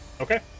Okay